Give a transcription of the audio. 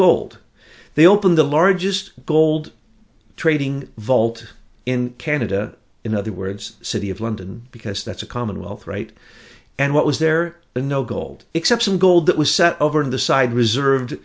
gold they opened the largest gold trading vault in canada in other words city of london because that's a commonwealth right and what was there been no gold except some gold that was set over in the side reserved